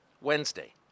Wednesday